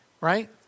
right